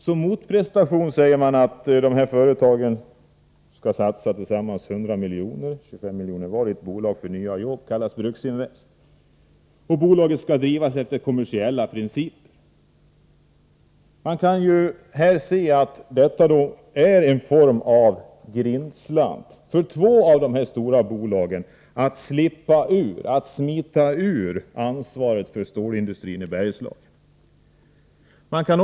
Som motprestation, säger man, skall de här företagen satsa tillsammans 100 miljoner, 25 miljoner var, i ett bolag för nya jobb. Det skall kallas Bruksinvest. Bolaget skall drivas efter kommersiella principer. Man kan här se att detta är en form av grindslant, vilken möjliggör för två av de här stora bolagen att smita ifrån ansvaret för stålindustrin i Bergslagen.